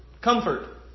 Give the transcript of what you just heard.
Comfort